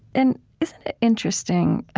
and isn't it interesting?